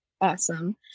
awesome